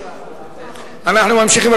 אנחנו ממשיכים,